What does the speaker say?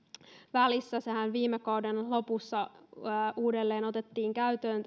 välissä tämä sakon muuntorangaistushan otettiin viime kauden lopussa uudelleen käyttöön